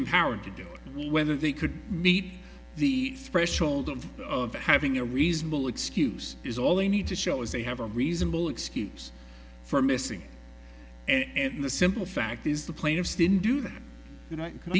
empowered to do whether they could meet the threshold of having a reasonable excuse is all they need to show is they have a reasonable excuse for missing and the simple fact is the plaintiffs didn't do that